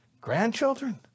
grandchildren